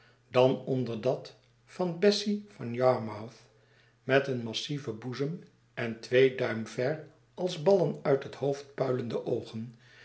dan onder dat van bessy van yarmouth met een massieven boezem en twee duim ver als ballen uit het hoofd puilende oogen